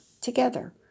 together